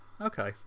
okay